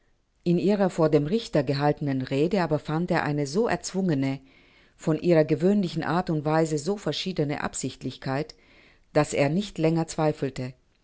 in ihrer vor dem richter gehaltenen rede aber fand er eine so erzwungene von ihrer gewöhnlichen art und weise so verschiedene absichtlichkeit daß er nicht länger zweifelte